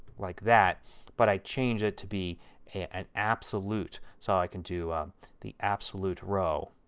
like that but i change it to be an absolute. so i can do the absolute row,